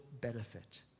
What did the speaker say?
benefit